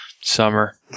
summer